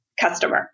customer